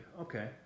okay